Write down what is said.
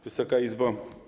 Wysoka Izbo!